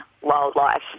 wildlife